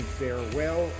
farewell